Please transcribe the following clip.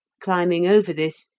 climbing over this,